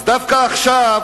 אז דווקא עכשיו